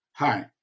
Hi